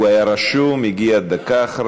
לא,